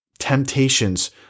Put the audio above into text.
temptations